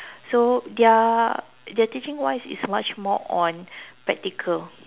so their their teaching wise is much more on practical